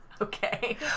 Okay